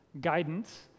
guidance